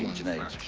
junaid?